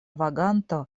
vaganto